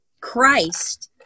Christ